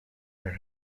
her